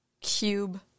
cube